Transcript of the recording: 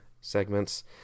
segments